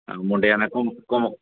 ਮੁੰਡਿਆਂ ਨਾਲ ਘੁੰਮ ਘੁੰਮ